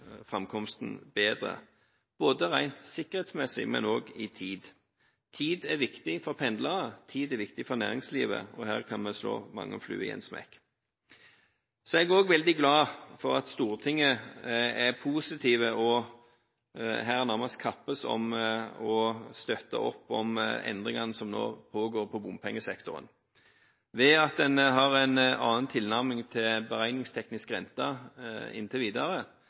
framkomsten bedre både rent sikkerhetsmessig og i tid. Tid er viktig for pendlere, og tid er viktig for næringslivet, og her kan vi slå mange fluer i én smekk. Så er jeg også veldig glad for at Stortinget er positive og nærmest kappes om å støtte opp om endringene som nå pågår i bompengesektoren. Ved at en har en annen tilnærming til beregningsteknisk rente inntil videre,